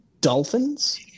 Dolphins